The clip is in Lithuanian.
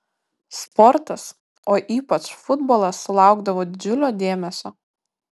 sportas o ypač futbolas sulaukdavo didžiulio dėmesio